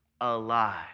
alive